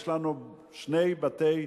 יש שני בתים: